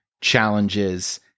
challenges